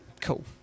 Cool